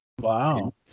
Wow